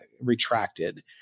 retracted